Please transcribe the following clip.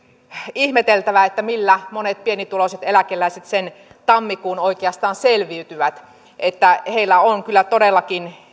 ihmeteltävä millä monet pienituloiset eläkeläiset sen tammikuun oikeastaan selviytyvät heillä on kyllä todellakin